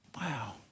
Wow